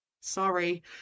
Sorry